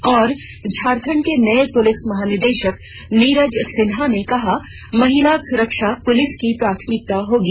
और झारखंड के नए पुलिस महानिदेशक नीरज सिन्हा ने कहा महिला सुरक्षा पुलिस की प्राथमिकता होगी